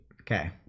Okay